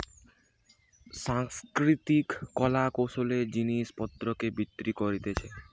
সাংস্কৃতিক কলা কৌশলের জিনিস পত্রকে বিক্রি কোরছে